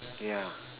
yeah